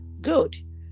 Good